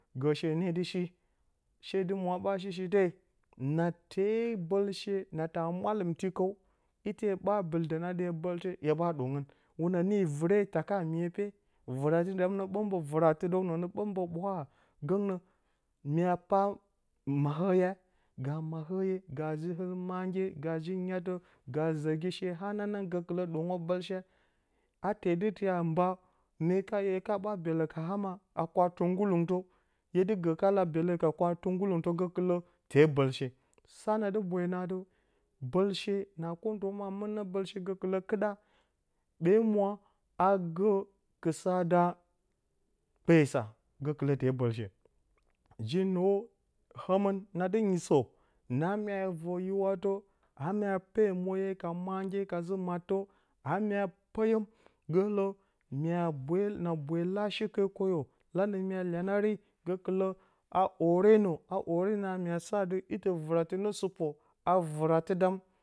Gə she nee dɨ shi, she dɨ mwa ɓas shi shite, nate bəlshe naa ta a ma lɨmti kəwi. ite ɓa a bɨldə adɨ hye bəlshe hye ɓaa ɗwongərə, wuna nii vɨre taka miye pee, vɨratt dam nə ɓəmbə vɨratɨ dəwnə nə ɓəmbə, ɓwaa gəngnə, myaa pa maahorye, ga maahorye ga zɨɨl mandye ga zɨ nyatə ga zərgi she hanangi, gəkɨlə ɗwongə bəlshe a, a te dɨ tiya mba, mye ko, hye, kaa, ɓaa byelə ka a mos a kwa tɨ nggu lɨngtə, hye dɨ gə kala byelu ka kwa-tɨnggutɨntə, gəkɨlə te bəlshe, sa na dɨ boyo na ade bəlshe na kwondə ma mɨnə bəlshe gəkɨlə kɨɗa ɓe mwa a gə kɨsa da kpeyo sa, gəkɨlə te bəlshe ji nwo nəmɨn, na dɨ nyisə na mya və hi watə na mya pe mandye ka morye ka zɨ mattə na mya peyom, gə nggəng nə gəkɨlə, nggəngnə na bwe la shi ke, kwoyo, lanə mya iyanari gəkɨlə, a o're nəa o'rena, mye sa adi i ti vɨrati nə sɨpo a vɨratɨ dam.